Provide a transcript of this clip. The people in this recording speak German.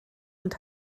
und